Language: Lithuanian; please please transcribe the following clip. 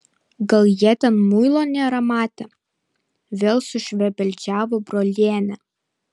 gal jie ten muilo nėra matę vėl sušvebeldžiavo brolienė